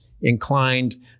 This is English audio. inclined